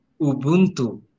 Ubuntu